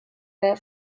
der